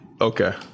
okay